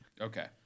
Okay